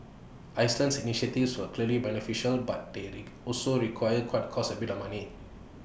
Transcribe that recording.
Iceland's initiatives were clearly beneficial but they also require quite cost A bit of money